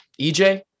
ej